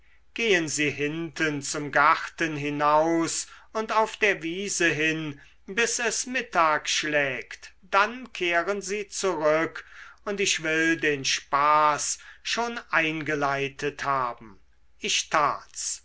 gehen sie hinten zum garten hinaus und auf der wiese hin bis es mittag schlägt dann kehren sie zurück und ich will den spaß schon eingeleitet haben ich tat's